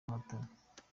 guhatana